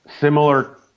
Similar